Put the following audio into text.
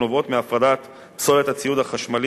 הנובעות מהפרדת פסולת הציוד החשמלי